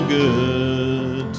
good